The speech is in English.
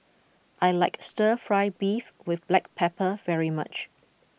I like Stir Fry Beef with black pepper very much